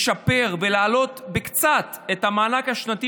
כדי לשפר ולהעלות קצת את המענק השנתי